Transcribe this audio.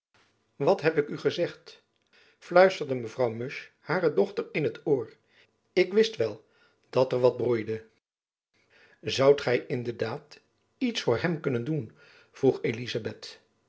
wat heb ik u gezegd fluisterde mevrouw musch hare dochter in t oor ik wist wel dat er wat broeide zoudt gy in de daad iets voor hem kunnen doen vroeg elizabeth